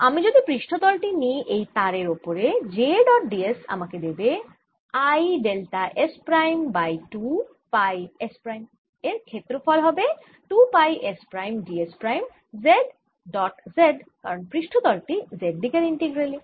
আমি যদি এই পৃষ্ঠতল টি নিই এই তারের ওপরে j ডট d s আমাকে দেবে I delta s prime by 2 pi S prime এর ক্ষেত্রফল হবে 2 pi S prime d s prime Z dot Zকারণ পৃষ্ঠতল টি z দিকের ইন্টিগ্রালে